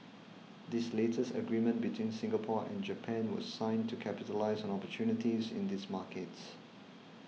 this latest agreement between Singapore and Japan was signed to capitalise on opportunities in these markets